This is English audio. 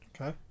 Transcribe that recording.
Okay